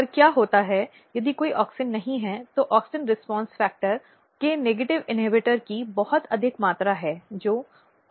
और क्या होता यदि कोई ऑक्सिन नहीं है तो ऑक्सिन रीस्पॉन्स फ़ैक्टर के नकारात्मक इन्हिबटर की बहुत अधिक मात्रा है जो AuxIAA है